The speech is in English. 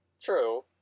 True